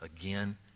again